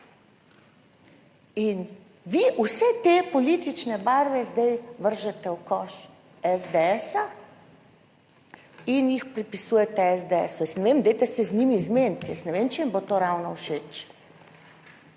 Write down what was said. In vi vse te politične barve zdaj vržete v koš SDS in jih pripisujete SDS. Jaz ne vem, dajte se z njimi zmeniti, jaz ne vem, če jim bo to ravno všeč.